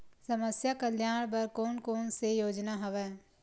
समस्या कल्याण बर कोन कोन से योजना हवय?